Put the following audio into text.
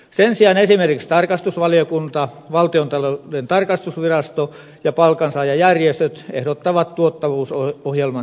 sen sijaan esimerkiksi tarkastusvaliokunta valtiontalouden tarkastusvirasto ja palkansaajajärjestöt ehdottavat tuottavuusohjelman lopettamista